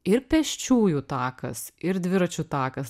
ir pėsčiųjų takas ir dviračių takas